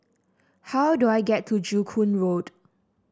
how do I get to Joo Koon Road